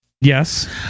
yes